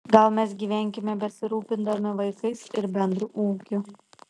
gal mes gyvenkime besirūpindami vaikais ir bendru ūkiu